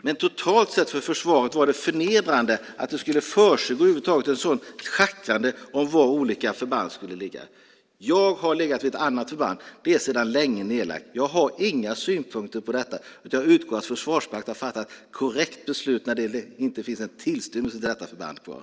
Men totalt sett var det förnedrande för försvaret att det över huvud taget skulle försiggå ett sådant schackrande om var olika förband skulle ligga. Jag har legat vid ett annat förband. Det är sedan länge nedlagt. Jag har inga synpunkter på detta, utan jag utgår från att Försvarsmakten har fattat ett korrekt beslut när det inte finns tillstymmelse av detta förband kvar.